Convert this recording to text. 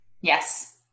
yes